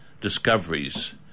discoveries